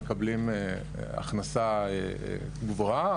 מקבלים הכנסה גבוהה,